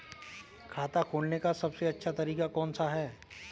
खाता खोलने का सबसे अच्छा तरीका कौन सा है?